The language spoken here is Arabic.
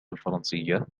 الفرنسية